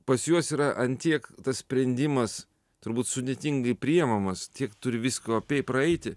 pas juos yra ant tiek tas sprendimas turbūt sudėtingai priimamas tiek turi visko apei praeiti